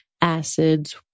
acids